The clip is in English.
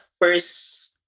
first